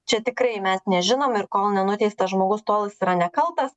čia tikrai mes nežinom ir kol nenuteistas žmogus tol jis yra nekaltas